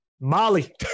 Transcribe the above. Molly